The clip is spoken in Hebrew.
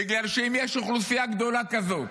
בגלל שאם יש אוכלוסייה גדולה כזאת